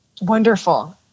wonderful